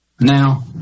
Now